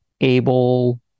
able